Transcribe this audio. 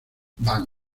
van